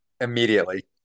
immediately